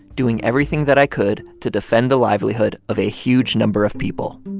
doing everything that i could to defend the livelihood of a huge number of people.